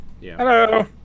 Hello